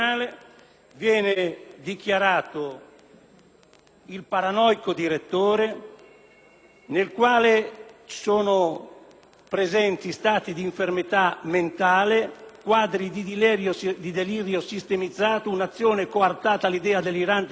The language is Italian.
"il paranoico direttore" che presenta stati di infermità mentale, quadri di delirio sistematizzato, un'azione coartata all'idea delirante che prevale, incapacità di intendere e di volere,